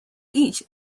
each